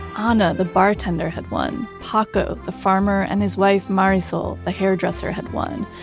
ana, the bartender, had won. paco, the farmer, and his wife marisol, the hairdresser, had won.